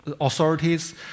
authorities